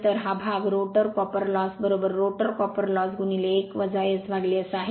तर हा भाग rotor copper loss rotor copper loss 1 SS आहे